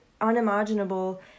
unimaginable